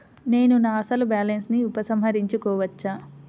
నేను నా అసలు బాలన్స్ ని ఉపసంహరించుకోవచ్చా?